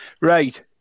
Right